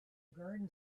garden